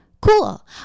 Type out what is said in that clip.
cool